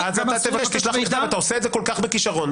אני רוצה --- אני קורא אותך לסדר פעם שנייה.